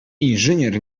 inżynier